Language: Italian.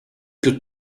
più